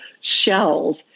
shells